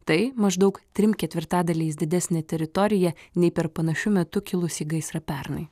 tai maždaug trim ketvirtadaliais didesnė teritorija nei per panašiu metu kilusį gaisrą pernai